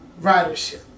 ridership